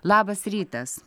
labas rytas